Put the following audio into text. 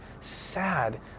sad